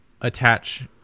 attach